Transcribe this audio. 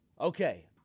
Okay